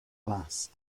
last